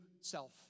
self